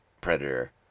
Predator